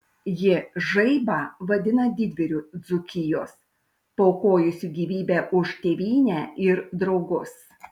ji žaibą vadina didvyriu dzūkijos paaukojusiu gyvybę už tėvynę ir draugus